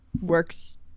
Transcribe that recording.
works